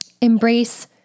embrace